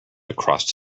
across